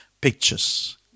Pictures